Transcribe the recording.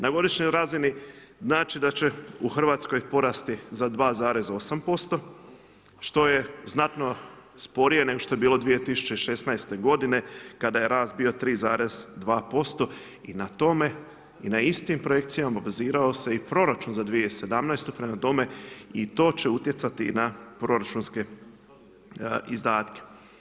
Na godišnjoj razini znači da će u Hrvatskoj porasti za 2,8% što je znatno sporije nego što je bilo 2016. godine kada je rast bio 3,2% i na tome i na istim projekcijama bazirao se i proračun za 2017., prema tome i to će utjecati na proračunske izdatke.